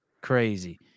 Crazy